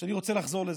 אני רוצה לחזור לזה.